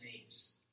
names